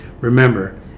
Remember